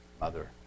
mother